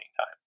time